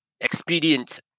expedient